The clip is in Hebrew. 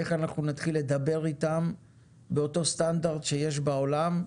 איך אנחנו נתחיל לדבר איתם באותו סטנדרט שיש בעולם,